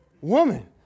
Woman